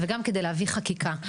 וגם כדי להביא חקיקה.